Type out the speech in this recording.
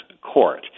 Court